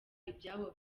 ibyabo